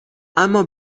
اما